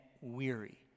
weary